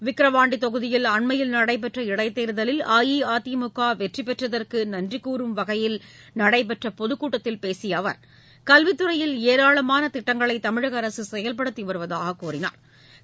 விக்கிரவாண்டி தொகுதியில் அண்மயில் நடைபெற்ற இடைத்தேர்தலில் அஇஅதிமுக வெற்றிபெற்றதற்கு நன்றி கூறும் வகையில் நடைபெற்ற பொதுக்கூட்டத்தில் பேசிய அவர் கல்வித் துறையில் ஏராளமான திட்டங்களை தமிழக அரசு செயல்படுத்தி வருவதாக கூறினாா்